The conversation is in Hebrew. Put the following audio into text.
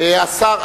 השר,